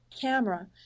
camera